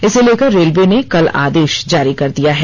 इसे लेकर रेलवे ने कल आदेश जारी कर दिया है